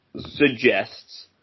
suggests